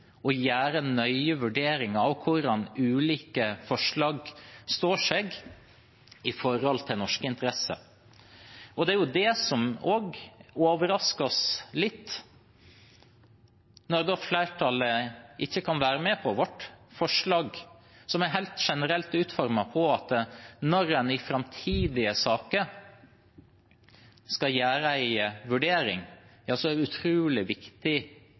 og gjør nøye vurderinger av hvordan ulike forslag står seg i forhold til norske interesser. Det som jo overrasker oss litt, er at flertallet ikke kan være med på vårt forslag, som er helt generelt utformet om at når man i framtidige saker skal gjøre en vurdering, er det utrolig viktig å gjøre vurderinger av hvordan ulike lover, ulike regler, som